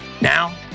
Now